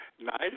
nice